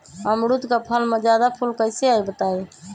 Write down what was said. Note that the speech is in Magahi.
अमरुद क फल म जादा फूल कईसे आई बताई?